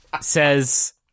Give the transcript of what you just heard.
says